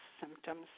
symptoms